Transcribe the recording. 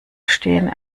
stehen